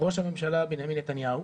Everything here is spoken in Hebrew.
ראש הממשלה בנימין נתניהו